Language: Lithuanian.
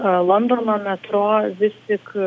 londono metro vis tik